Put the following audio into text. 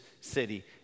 city